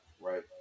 right